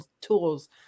tools